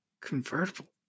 Convertible